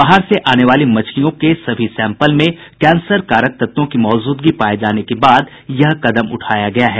बाहर से आने वाली मछलियों के सभी सैंपल में कैंसर कारक तत्वों की मौजूदगी पाये जाने के बाद यह कदम उठाया गया है